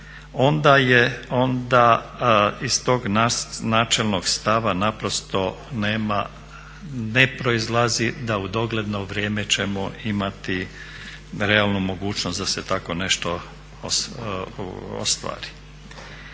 onda iz tog načelnog stava naprosto nema, ne proizlazi da u dogledno vrijeme ćemo imati realnu mogućnost da se tako nešto ostvari.